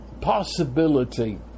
possibility